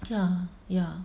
ya ya